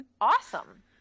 Awesome